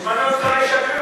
אל תשמיץ.